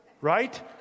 Right